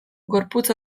gorputz